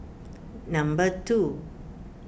number two